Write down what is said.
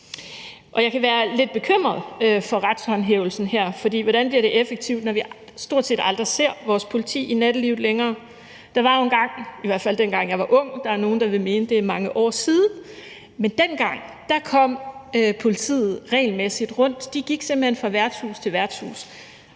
jeg kan være lidt bekymret for retshåndhævelsen her, for hvordan bliver det effektivt, når vi stort set aldrig ser vores politi i nattelivet længere? Der var jo engang – i hvert fald dengang, jeg var ung, og der er nogle, der vil mene, at det er mange år siden – hvor politiet kom regelmæssigt rundt. De gik simpelt hen fra værtshus til værtshus,